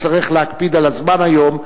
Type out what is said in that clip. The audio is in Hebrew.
נצטרך להקפיד על הזמן היום,